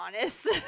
honest